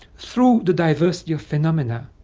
through the diversity of phenomena,